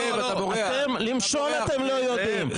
למשול אתם לא יודעים,